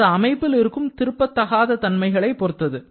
அது அமைப்பில் இருக்கும் திருப்பத்தகாத தன்மையைப் பொறுத்தது